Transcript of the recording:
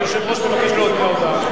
היושב-ראש מבקש להודיע הודעה.